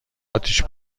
اتیش